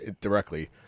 directly